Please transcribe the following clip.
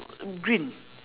green